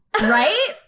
Right